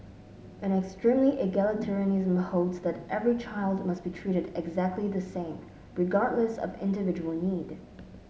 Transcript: an extremely egalitarianism holds that every child must be treated exactly the same regardless of individual need